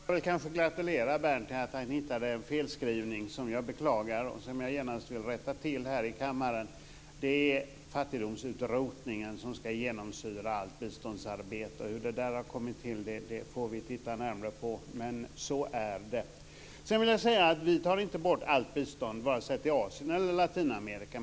Fru talman! Först kan jag gratulera Berndt Ekholm till att han hittade en felskrivning som jag beklagar och som jag genast vill rätta till här i kammaren. Det är fattigdomsutrotningen som ska genomsyra allt biståndsarbete. Hur det där felet har kommit till får vi titta närmare på, men så är det. Sedan vill jag säga att vi inte tar bort allt bistånd vare sig till Asien eller Latinamerika.